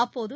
அப்போது